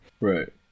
Right